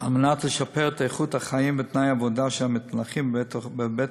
על מנת לשפר את איכות החיים ותנאי העבודה של המתמחים בבתי-חולים.